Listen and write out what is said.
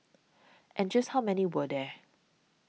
and just how many were there